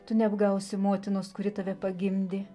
tu neapgausi motinos kuri tave pagimdė